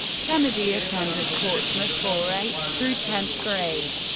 kennedy attended portsmouth for eighth through tenth grade.